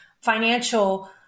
financial